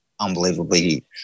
unbelievably